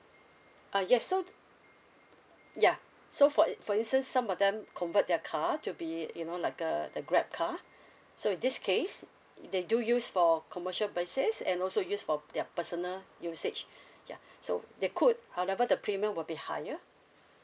uh yes so the ya so for in for instance some of them convert their car to be you know like a the grab car so in this case if they do use for commercial basis and also use for their personal usage ya so they could however the premium will be higher